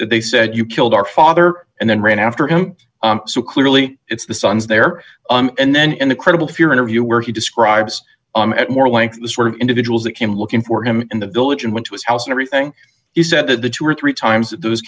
that they said you killed our father and then ran after him so clearly it's the son's there and then in a credible fear interview where he describes it more like the sort of individuals that came looking for him in the village and went to his house and everything he said that the two or three times those